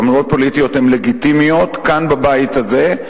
אמירות פוליטיות הן לגיטימיות כאן בבית הזה,